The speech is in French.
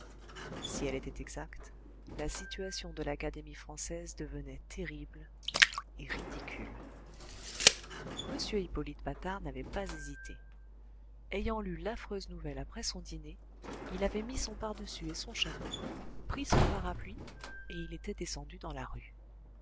si elle était exacte la situation de l'académie française devenait terrible et ridicule m hippolyte patard n'avait pas hésité ayant lu l'affreuse nouvelle après son dîner il avait mis son pardessus et son chapeau pris son parapluie et il était descendu dans la rue